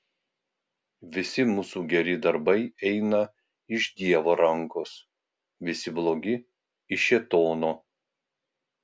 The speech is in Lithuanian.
visi mūsų geri darbai eina iš dievo rankos visi blogi iš šėtono